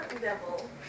devil